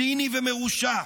ציני ומרושע.